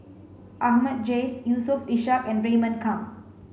Ahmad Jais Yusof Ishak and Raymond Kang